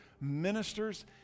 ministers